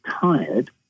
tired